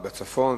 על הצפון.